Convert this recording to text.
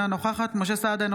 אינה נוכחת משה סעדה,